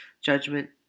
judgment